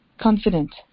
confident